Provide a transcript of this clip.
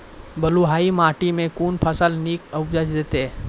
बलूआही माटि मे कून फसल नीक उपज देतै?